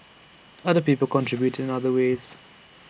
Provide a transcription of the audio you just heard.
other people contributed in other ways